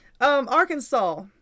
Arkansas